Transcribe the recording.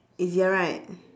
easier right